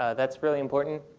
ah that's really important.